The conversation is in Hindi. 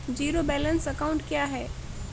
ज़ीरो बैलेंस अकाउंट क्या है?